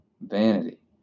vanity